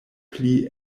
pli